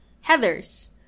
Heather's